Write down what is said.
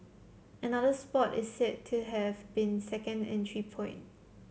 another spot is said to have been a second entry point